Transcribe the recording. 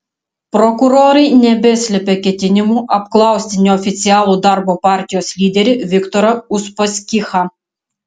prokurorai nebeslepia ketinimų apklausti neoficialų darbo partijos lyderį viktorą uspaskichą